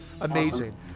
amazing